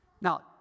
Now